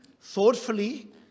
thoughtfully